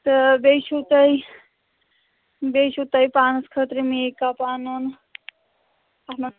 تہٕ بیٚیہِ چھُو تۄہہِ بیٚیہِ چھُو تۄہہِ پانَس خٲطرٕ میک اَپ اَنُن اَتھ منٛز